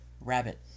Rabbit